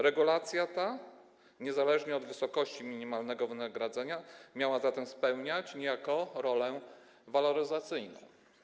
Regulacja ta niezależnie od wysokości minimalnego wynagrodzenia miała zatem spełniać niejako rolę waloryzacyjną.